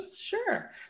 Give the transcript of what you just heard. sure